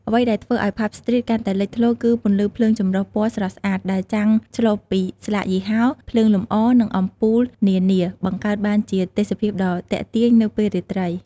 អ្វីដែលធ្វើឲ្យ ផាប់ ស្ទ្រីត កាន់តែលេចធ្លោ គឺ ពន្លឺភ្លើងចម្រុះពណ៌ស្រស់ស្អាត ដែលចាំងឆ្លុះពីស្លាកយីហោ ភ្លើងលម្អ និងអំពូលនានា បង្កើតបានជាទេសភាពដ៏ទាក់ទាញនៅពេលរាត្រី។